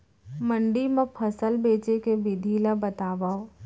मंडी मा फसल बेचे के विधि ला बतावव?